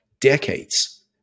decades